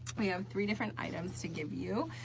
we have three different items to give you.